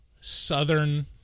southern